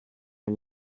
mir